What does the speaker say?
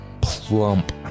plump